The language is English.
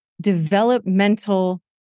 developmental